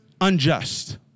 unjust